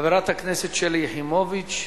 חברת הכנסת שלי יחימוביץ.